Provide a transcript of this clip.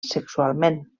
sexualment